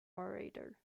orator